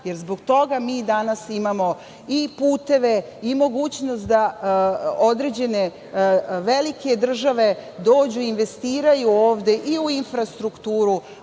Zbog toga mi danas imamo i puteve i mogućnost da određene velike države dođu i investiraju ovde i u infrastrukturu,